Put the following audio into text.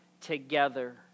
together